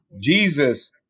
Jesus